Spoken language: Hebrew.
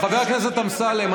חבר הכנסת אמסלם,